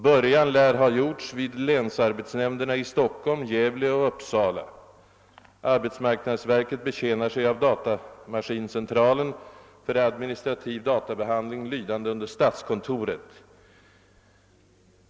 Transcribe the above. Början lär ha gjorts vid länsarbetsnämnderna i Stockholm, Gävle och Uppsala. Arbetsmarknadsverket betjänar sig av datamaskincentralen för administrativ databehandling lydande under statskontoret.